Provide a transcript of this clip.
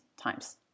times